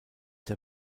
der